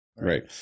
right